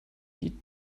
die